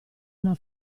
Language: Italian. una